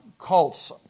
Cults